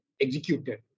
executed